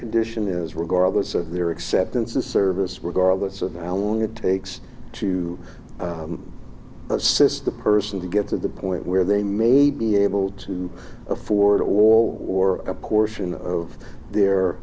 condition is regardless of their acceptance of service regardless of how long it takes to assist the person to get to the point where they may be able to afford a wall or a portion of their